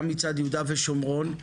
גם מצד יהודה ושומרון,